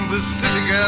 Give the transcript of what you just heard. Pacific